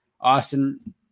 Austin